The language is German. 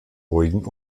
ruhigen